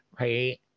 right